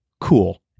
cool